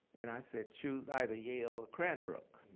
and i said, choose either yale or cranbrook.